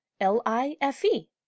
L-I-F-E